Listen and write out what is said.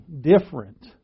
different